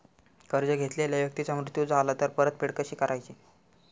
कर्ज घेतलेल्या व्यक्तीचा मृत्यू झाला तर परतफेड कशी करायची?